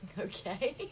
Okay